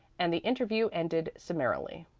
and the interview ended summarily.